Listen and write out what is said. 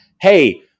hey